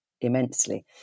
immensely